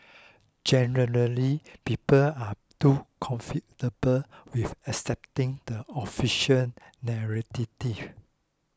generally people are too comfortable with accepting the official